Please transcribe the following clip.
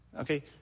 Okay